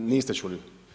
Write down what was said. Niste čuli.